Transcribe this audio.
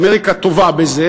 אמריקה טובה בזה,